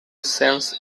sense